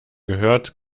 gehört